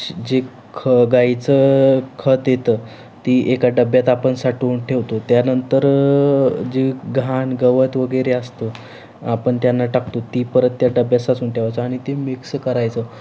शे जे ख गाईचं खत येतं ती एका डब्यात आपण साठवून ठेवतो त्यानंतर जे घाण गवत वगैरे असतो आपण त्यांना टाकतो ती परत त्या डब्यात साचून ठेवायचं आणि ती मिक्स करायचं